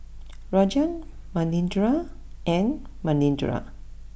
Rajan Manindra and Manindra